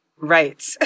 Right